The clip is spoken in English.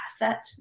asset